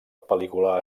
pel·lícula